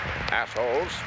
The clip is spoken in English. assholes